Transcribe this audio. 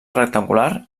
rectangular